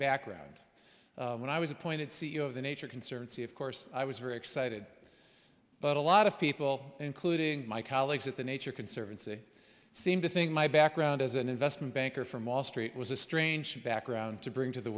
background when i was appointed c e o of the nature conservancy of course i was very excited but a lot of people including my colleagues at the nature conservancy seem to think my background as an investment banker from wall street was a strange background to bring to the